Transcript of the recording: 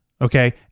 Okay